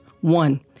One